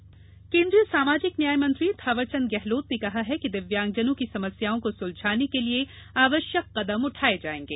गहलोत आश्वासन केन्द्रीय सामाजिक न्याय मंत्री थावर चंद गहलोत ने कहा कि दिव्यांगजनों की समस्याओं को सुलझाने के लिये आवश्यक कदम उठाये जाएंगे